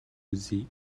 үзье